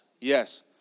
Yes